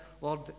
lord